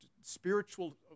spiritual